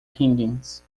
higgins